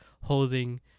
holding